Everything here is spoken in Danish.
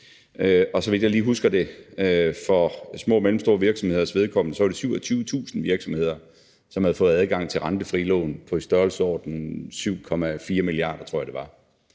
Og så vidt jeg lige husker det, var det for små og mellemstore virksomheders vedkommende 27.000 virksomheder, som havde fået adgang til rentefrie lån i størrelsesordenen 7,4 mia. kr., tror jeg det var.